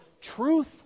truth